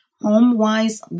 home-wise